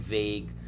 vague